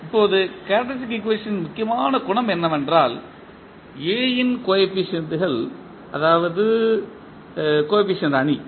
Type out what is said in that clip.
இப்போது கேரக்டரிஸ்டிக் ஈக்குவேஷனின் முக்கியமான குணம் என்னவென்றால் A இன் கோஎபிசியன்ட்கள் அதாவது என்றால் அது கோஎபிசியன்ட் அணி